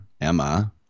Emma